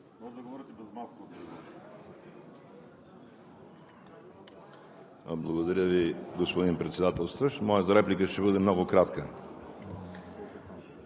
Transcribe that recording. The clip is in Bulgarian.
Благодаря Ви, господин Председателстващ. Моята реплика ще бъде много кратка.